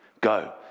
Go